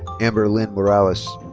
amber lynn morales.